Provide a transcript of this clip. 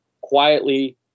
quietly